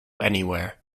anywhere